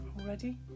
already